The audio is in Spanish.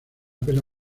pena